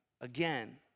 again